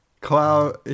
cloud